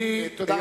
תודה רבה.